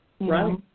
right